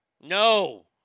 No